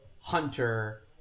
Hunter